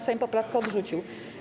Sejm poprawkę odrzucił.